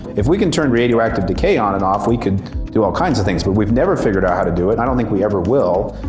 if we can turn radioactive decay on and off we can do all kinds of things be but we've never figured out how to do it, i don't think we ever will.